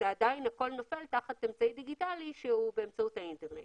עדיין הכול נופל תחת אמצעי דיגיטלי שהוא באמצעות האינטרנט.